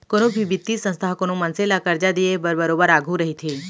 कोनो भी बित्तीय संस्था ह कोनो मनसे ल करजा देय बर बरोबर आघू रहिथे